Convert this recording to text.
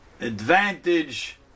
advantage